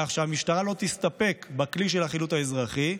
כך שהמשטרה לא תסתפק בכלי של החילוט האזרחי,